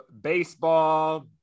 baseball